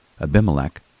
Abimelech